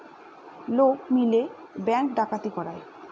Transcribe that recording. লোক মিলে ব্যাঙ্ক ডাকাতি করায়